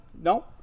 No